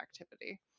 activity